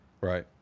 right